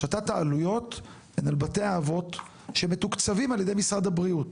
השתת העלויות הן על בתי האבות שמתוקצבים על ידי משרד הבריאות,